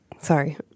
Sorry